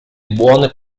buone